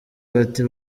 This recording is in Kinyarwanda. bati